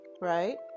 right